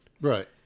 Right